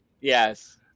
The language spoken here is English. Yes